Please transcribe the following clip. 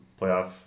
playoff